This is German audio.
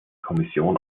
kommission